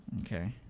Okay